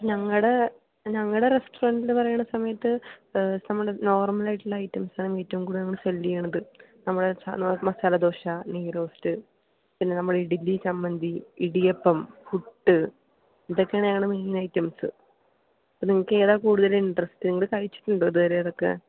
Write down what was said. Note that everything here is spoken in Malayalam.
ഞങ്ങളുടെ ഞങ്ങളുടെ റസ്റ്റോറൻറിനെ പറയുന്ന സമയത്ത് നമ്മൾ നോർമൽ ആയിട്ടുള്ള ഐറ്റംസ് ആണ് ഏറ്റവും കൂടുതൽ സെൽ ചെയ്യുന്നത് നമ്മുടെ മസാല ദോശ നെയ്റോസ്റ്റ് പിന്നെ നമ്മുടെ ഇഡിലി ചമ്മന്തി ഇടിയപ്പം പുട്ട് ഇതൊക്കെ ആണ് ഞങ്ങളുടെ മെയിൻ ഐറ്റംസ് അപ്പോൾ നിങ്ങൾക്ക് ഏതാണ് കൂടുതൽ ഇൻററസ്റ്റ് നിങ്ങൾ കഴിച്ചിട്ടുണ്ടോ ഇതുവരെ ഇതൊക്കെ